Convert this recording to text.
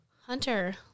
hunter